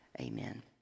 Amen